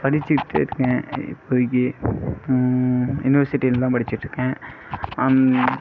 படிச்சிகிட்டு இருக்கேன் இப்போதைக்கு யுனிவர்சிட்டியில்தான் படிச்சிட்டிருக்கேன்